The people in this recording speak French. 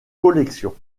collection